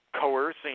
coercing